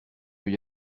veut